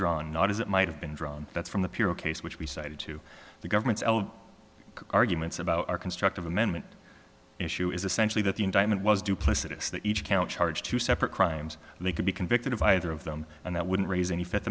drawn not as it might have been drawn that's from the pirro case which we cited to the government's arguments about our constructive amendment issue is essentially that the indictment was duplicitous that each count charged two separate crimes and they could be convicted of either of them and that wouldn't raise any fifth